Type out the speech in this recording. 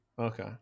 Okay